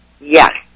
Yes